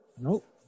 Nope